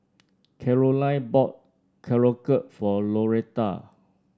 Caroline bought Korokke for Loretta